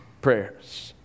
prayers